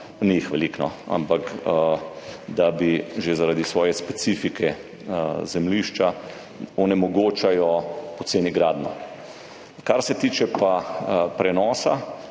sicer veliko, ampak da že zaradi svoje specifike zemljišča onemogočajo poceni gradnjo. Kar se tiče pa prenosa,